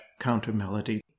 countermelody